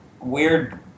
weird